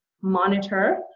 monitor